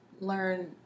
learn